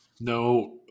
no